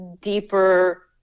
deeper